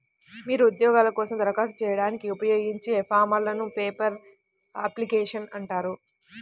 మీరు ఉద్యోగాల కోసం దరఖాస్తు చేయడానికి ఉపయోగించే ఫారమ్లను పేపర్ అప్లికేషన్లు అంటారు